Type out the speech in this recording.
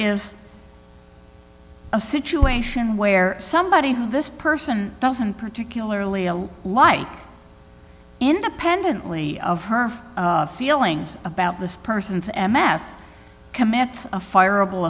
is a situation where somebody who this person doesn't particularly like independently of her feelings about this person's m f commits a fire